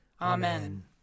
Amen